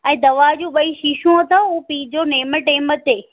ऐं दवा जूं ॿई शीशियूं अथव उहा पीअ जो नेम टेम ते